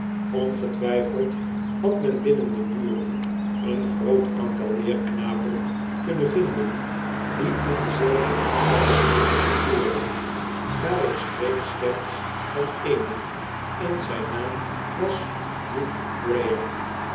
ongetwjjfeld had men binnen de muren een groot aantal leerknapen kunnen vinden die in dezelfde omstandigheden verkeerden maar ik spreek slechts van eenen en zijn naam was hugh graham